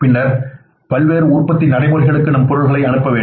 பின்னர் பல்வேறு உற்பத்தி நடைமுறைகளுக்கு நாம் பொருள்களை அனுப்ப வேண்டும்